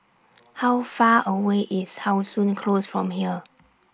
How Far away IS How Sun Close from here